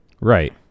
Right